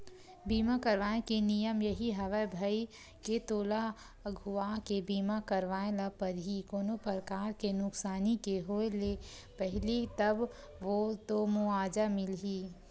बीमा करवाय के नियम यही हवय भई के तोला अघुवाके बीमा करवाय ल परही कोनो परकार के नुकसानी के होय ले पहिली तब तो मुवाजा मिलही